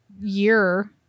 year